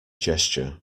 gesture